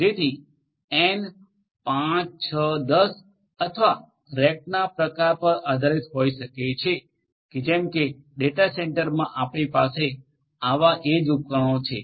જેથી એન 5 6 10 અથવા રેકના પ્રકાર પર આધારીત હોઈ શકે છે જેમ કે ડેટા સેન્ટરમાં આપણી પાસે આવા એજ ઉપકરણો છે